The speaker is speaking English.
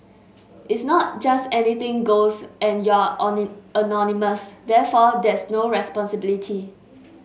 it's not just anything goes and you're anon anonymous therefore there's no responsibility